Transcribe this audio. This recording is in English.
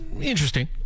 interesting